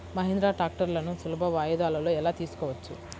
మహీంద్రా ట్రాక్టర్లను సులభ వాయిదాలలో ఎలా తీసుకోవచ్చు?